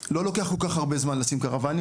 אבל לא לוקח כל כך הרבה זמן לשים קרוואנים,